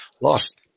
lost